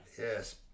Yes